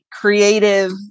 creative